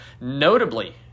notably